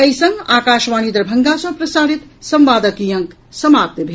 एहि संग आकाशवाणी दरभंगा सँ प्रसारित संवादक ई अंक समाप्त भेल